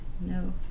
No